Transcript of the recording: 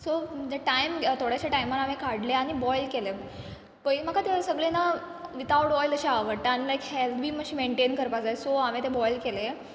so जे time थोडेशे टायमान हांवें काडले आनी बॉयल केलें पयली म्हाका ते सगळे न वितावड ऑयल अशें आवडटा आनी लायक हॅल्द बी माश्शी मँटेन करपा जाय सो हांवें ते बॉयल केले